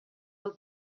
del